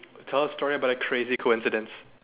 tell a story about a crazy coincidence